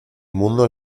mundo